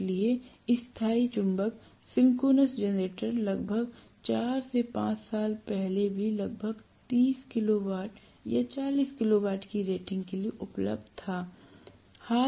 इसलिए स्थायी चुंबक सिंक्रोनस जेनरेटर लगभग 4 5 साल पहले भी लगभग 30 किलो वाट या 40 किलो वाट की रेटिंग के लिए उपलब्ध था